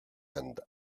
and